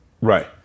Right